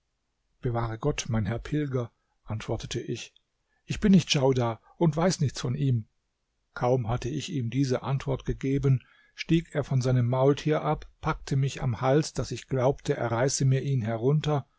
bewahre gott mein herr pilger antwortete ich ich bin nicht djaudar und weiß nichts von ihm kaum hatte ich ihm diese antwort gegeben stieg er von seinem maultier ab packte mich am hals daß ich glaubte er reiße mir ihn herunter